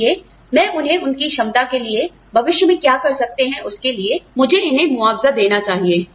इसलिए मैं उन्हें उनकी क्षमता के लिए भविष्य में क्या कर सकते हैं उसके लिए मुझे इन्हें मुआवजा देना चाहिए